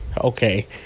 okay